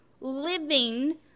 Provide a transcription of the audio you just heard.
living